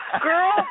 girl